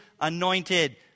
anointed